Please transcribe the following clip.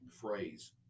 phrase